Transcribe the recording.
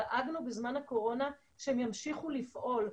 דאגנו בזמן הקורונה שהם ימשיכו לפעול,